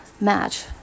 match